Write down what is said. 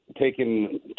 taken